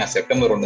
September